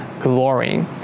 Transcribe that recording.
glory